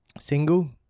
single